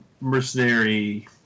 mercenary